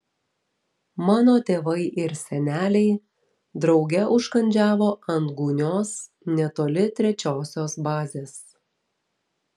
mano tėvai ir seneliai drauge užkandžiavo ant gūnios netoli trečiosios bazės